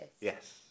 Yes